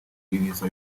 ibiza